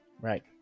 Right